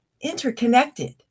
interconnected